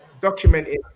documented